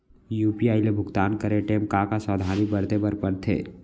UPI ले भुगतान करे टेम का का सावधानी बरते बर परथे